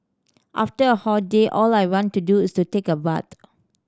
after a hot day all I want to do is to take a bath